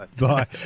Bye